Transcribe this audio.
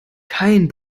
kein